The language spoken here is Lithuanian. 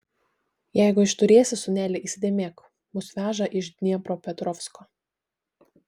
jeigu išturėsi sūneli įsidėmėk mus veža iš dniepropetrovsko